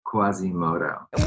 Quasimodo